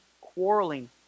Quarreling